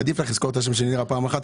עדיף לך לזכור את השם של נירה פעם אחת,